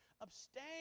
abstain